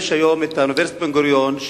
היום אוניברסיטת בן-גוריון,